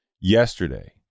yesterday